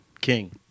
King